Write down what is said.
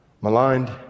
maligned